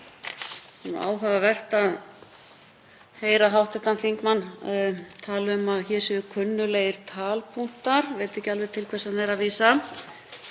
Það er áhugavert að heyra hv. þingmann tala um að hér séu kunnuglegir talpunktar. Ég veit ekki alveg til hvers hann er að vísa.